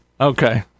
Okay